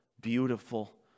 beautiful